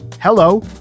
hello